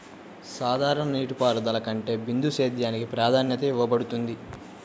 సాధారణ నీటిపారుదల కంటే బిందు సేద్యానికి ప్రాధాన్యత ఇవ్వబడుతుంది